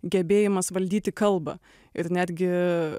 gebėjimas valdyti kalbą ir netgi